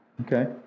Okay